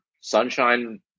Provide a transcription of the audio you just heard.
sunshine